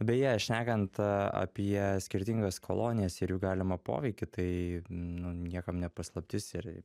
beje šnekant apie skirtingas kolonijas ir jų galimą poveikį tai nu niekam ne paslaptis ir